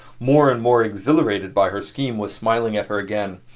more and more exhilarated by her scheme, was smiling at her again.